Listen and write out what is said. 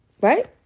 right